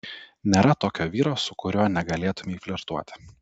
nėra tokio vyro su kuriuo negalėtumei flirtuoti